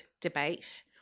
debate